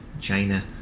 China